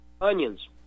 Onions